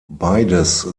beides